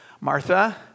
Martha